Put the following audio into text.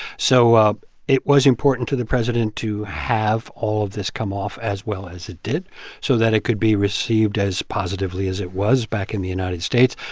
so um it was important to the president to have all of this come off as well as it did so that it could be received as positively as it was back in the united states.